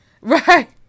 Right